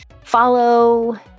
follow